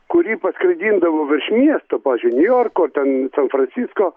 kurį paskraidindavo virš miesto pavyzdžiui niujorko ten san francisko